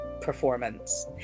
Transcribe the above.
performance